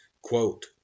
Quote